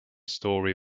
story